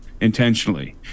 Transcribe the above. intentionally